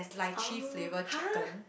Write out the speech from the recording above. orh !huh!